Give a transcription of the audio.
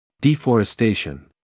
Deforestation